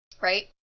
Right